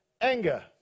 anger